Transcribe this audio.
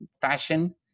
fashion